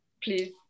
Please